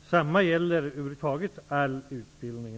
Detsamma gäller all utbildning.